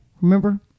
Remember